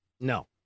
No